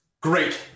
Great